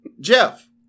Jeff